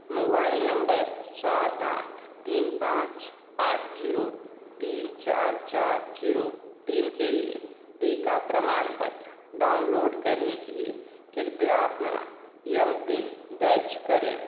mobile number सात आठ तीन पाँच आठ ज़ीरो तीन चार चार ज़ीरो तीन के लिए टीका प्रमाणपत्र डाउनलोड करने के लिए कृपया अपना एम पिन दर्ज करें